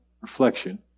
reflection